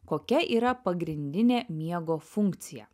kokia yra pagrindinė miego funkcija